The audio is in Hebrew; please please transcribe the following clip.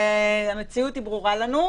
המציאות ברורה לנו,